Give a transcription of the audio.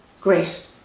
Great